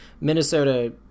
Minnesota